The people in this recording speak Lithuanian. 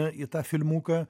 į tą filmuką